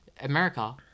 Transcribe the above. America